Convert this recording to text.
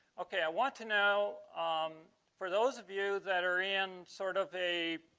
okay, i want to know um for those of you that are in sort of a